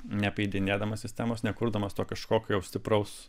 neapeidinėdamas sistemos nekurdamas to kažkokio stipraus